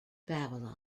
babylon